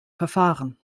verfahren